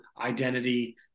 identity